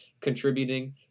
contributing